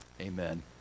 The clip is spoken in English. Amen